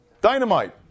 Dynamite